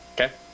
Okay